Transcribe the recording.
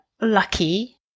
lucky